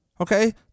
Okay